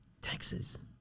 texas